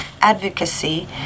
advocacy